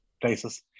places